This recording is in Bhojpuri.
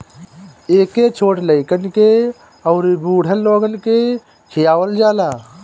एके छोट लइकन के अउरी बूढ़ लोगन के खियावल जाला